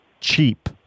cheap